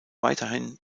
weiterhin